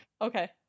Okay